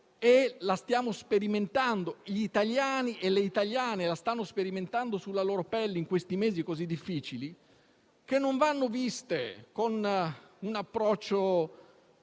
del lavoro. Gli italiani e le italiane le stanno sperimentando sulla loro pelle in questi mesi così difficili, e non vanno viste con un approccio